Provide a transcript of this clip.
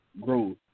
Growth